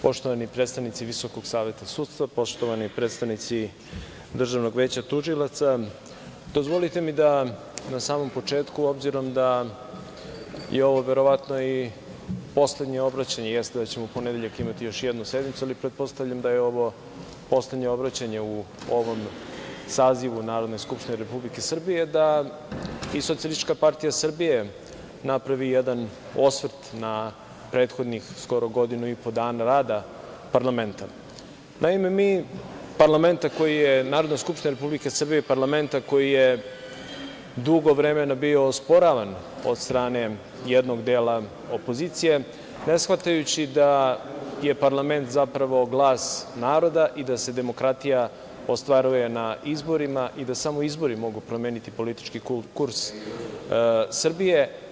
Poštovani predstavnici Visokog saveta sudstva, poštovani predstavnici Državnog veća tužilaca, dozvolite mi da na samom početku, obzirom da je ovo verovatno i poslednje obraćanje, jeste da ćemo u ponedeljak imati još jednu sednicu, ali pretpostavljam da je ovo poslednje obraćanje u ovom sazivu Narodne skupštine Republike Srbije, da i Socijalistička partija Srbije napravi jedan osvrt na prethodnih skoro godinu i po dana rada parlamenta koji je dugo vremena bio osporavan od strane jednog dela opozicije, ne shvatajući da je parlament zapravo glas naroda i da se demokratija ostvaruje na izborima i da samo izbori mogu promeniti politički kurs Srbije.